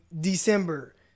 december